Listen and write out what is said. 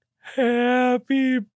Happy